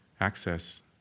access